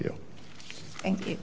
you thank you